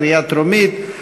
בקריאה טרומית.